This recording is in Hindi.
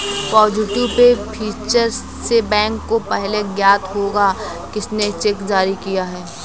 पॉजिटिव पे फीचर से बैंक को पहले ज्ञात होगा किसने चेक जारी किया है